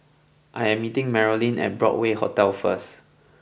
I am meeting Marolyn at Broadway Hotel first